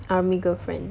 army girlfriend